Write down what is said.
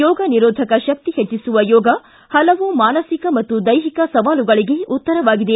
ರೋಗ ನಿರೋಧಕ ಶಕ್ತಿ ಹೆಚ್ಚಿಸುವ ಯೋಗ ಹಲವು ಮಾನಸಿಕ ಮತ್ತು ದೈಹಿಕ ಸವಾಲುಗಳಗೆ ಉತ್ತರವಾಗಿದೆ